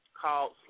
called